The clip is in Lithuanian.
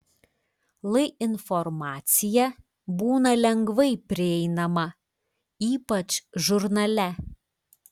lai informacija būna lengvai prieinama ypač žurnale